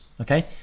okay